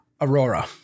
Aurora